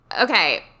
Okay